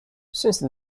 since